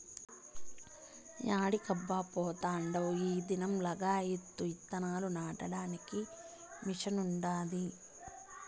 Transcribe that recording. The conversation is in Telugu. యాడికబ్బా పోతాండావ్ ఈ దినం లగాయత్తు ఇత్తనాలు నాటడానికి మిషన్ ఉండాది